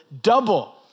double